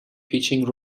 pitching